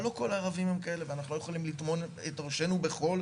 אבל לא כל הערבים הם כאלה ואנחנו לא יכולים לטמון את ראשנו בחול,